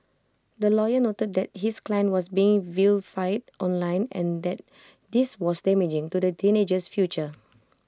the lawyer noted that his client was being vilified online and that this was damaging to the teenager's future